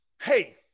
hey